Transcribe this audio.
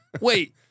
wait